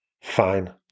Fine